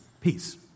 Peace